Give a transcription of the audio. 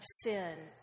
sin